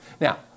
Now